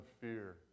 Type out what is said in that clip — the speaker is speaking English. fear